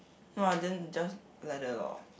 no I didn't just like that lor